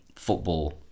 football